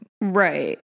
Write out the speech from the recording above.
Right